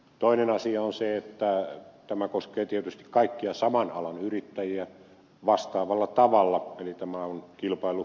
toinen asia on se että tämä koskee tietysti kaikkia saman alan yrittäjiä vastaavalla tavalla eli tämä on kilpailuneutraali vero